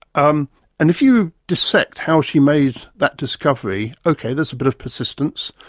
um and if you dissect how she made that discovery, okay, there's a bit of persistence,